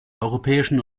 europäischen